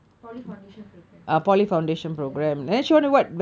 polytechnic foundation program ya P_F_P